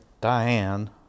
Diane